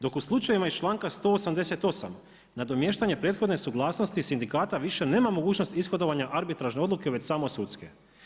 Dok u slučajevima iz članka 188. nadomještanje prethodne suglasnosti sindikata više nema mogućnost ishodovanja arbitražne odluke već samo sudske.